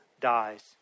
dies